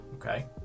okay